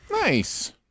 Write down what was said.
Nice